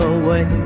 away